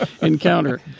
encounter